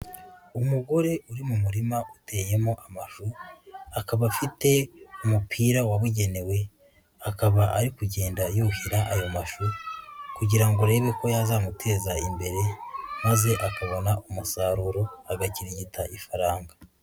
Umugore uri mu murima uteyemo amashu, akaba afite umupira wabugenewe akaba ari kugenda yuhira ayo mashusho kugira ngo arebe ko yazamuteza imbere, maze akabona umusaruro agakirigita ifaranga.